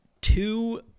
two